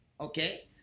Okay